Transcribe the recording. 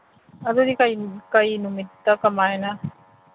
ꯑꯗꯨꯗꯤ ꯀꯔꯤ ꯅꯨꯃꯤꯠꯇ ꯀꯃꯥꯏꯅ